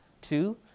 Two